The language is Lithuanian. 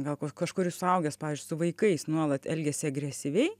gal kažkuris suaugęs pavyzdžiui su vaikais nuolat elgiasi agresyviai